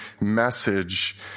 message